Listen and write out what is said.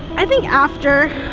i think after